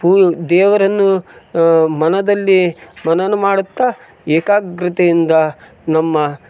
ಪೂ ದೇವರನ್ನು ಮನದಲ್ಲಿ ಮನನ ಮಾಡುತ್ತಾ ಏಕಾಗ್ರತೆಯಿಂದ ನಮ್ಮ